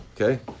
okay